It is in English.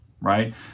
Right